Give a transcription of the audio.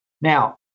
Now